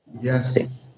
Yes